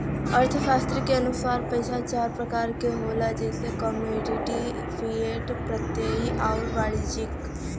अर्थशास्त्री के अनुसार पइसा चार प्रकार क होला जइसे कमोडिटी, फिएट, प्रत्ययी आउर वाणिज्यिक